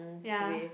ya